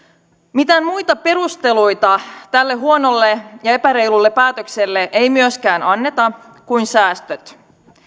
mitään muita perusteluita kuin säästöt tälle huonolle ja epäreilulle päätökselle ei myöskään anneta